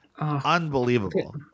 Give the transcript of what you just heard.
unbelievable